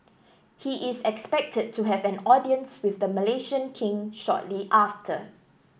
he is expected to have an audience with the Malaysian King shortly after